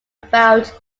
about